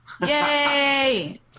Yay